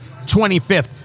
25th